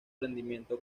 rendimiento